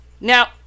Now